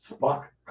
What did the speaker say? Fuck